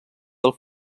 del